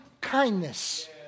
kindness